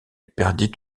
perdit